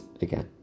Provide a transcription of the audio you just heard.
again